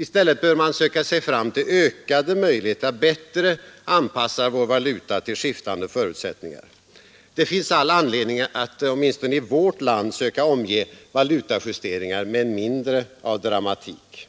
I stället bör man söka sig fram till ökade möjligheter att bättre anpassa vår valuta till skiftande förutsättningar. Det finns all anledning att åtminstone i vårt land söka omge valutajusteringar med mindre av dramatik.